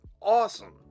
awesome